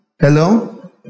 Hello